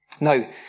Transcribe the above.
Now